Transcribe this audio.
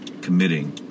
committing